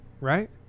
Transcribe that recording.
right